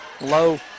low